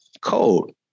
cold